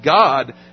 God